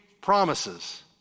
promises